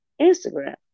Instagram